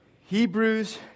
Hebrews